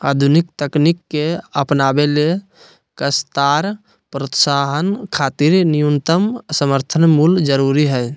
आधुनिक तकनीक के अपनावे ले काश्तकार प्रोत्साहन खातिर न्यूनतम समर्थन मूल्य जरूरी हई